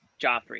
Joffrey